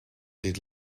dit